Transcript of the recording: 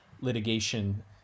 litigation